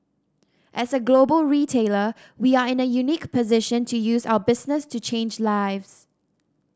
as a global retailer we are in a unique position to use our business to change lives